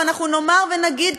ואנחנו נאמר ונגיד,